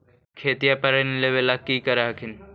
खेतिया पर ऋण लेबे ला की कर हखिन?